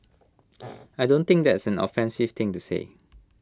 I don't think that's an offensive thing to say